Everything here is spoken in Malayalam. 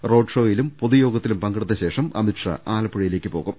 റോഡ്ഷോയിലും പൊതുയോഗത്തിലും പങ്കെടുത്തശേഷം അമിത്ഷാ ആലപ്പുഴയിലേക്ക് പോകും